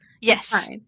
yes